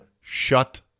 shut